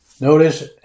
Notice